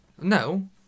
No